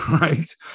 right